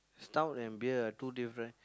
stout and beer are two different